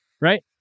Right